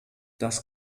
das